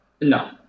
No